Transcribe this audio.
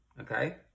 Okay